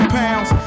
pounds